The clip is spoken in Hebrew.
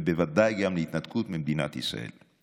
ובוודאי גם להתנתקות ממדינת ישראל.